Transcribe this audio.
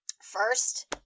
first